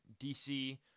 DC